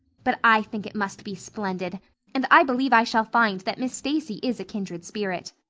but i think it must be splendid and i believe i shall find that miss stacy is a kindred spirit.